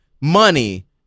money